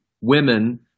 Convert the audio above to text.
women